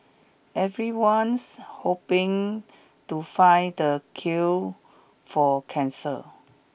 everyone's hoping to find the cure for cancer